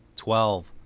twelve,